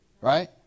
Right